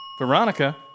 veronica